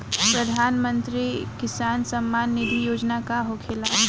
प्रधानमंत्री किसान सम्मान निधि योजना का होखेला?